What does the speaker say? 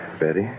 Betty